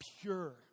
pure